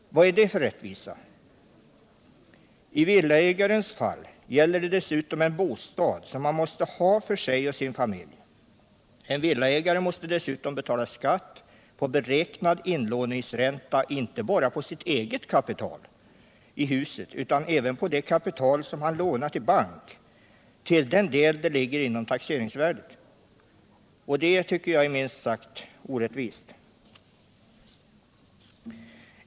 Vad är det för rättvisa? I villaägarens fall gäller det dessutom en bostad som han måste ha för sig och sin familj. En villaägare måste dessutom betala skatt på beräknad inlåningsränta, inte bara på sitt eget kapital i huset utan även på det kapital som han lånat i bank till den del det ligger inom taxeringsvärdet. Det tycker jag är minst sagt orättvist.